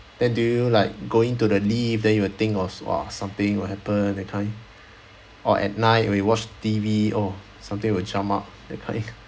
then do you like going to the lift then you will think of !wah! something will happen that kind or at night when you watch T_V oh something will jump out that kind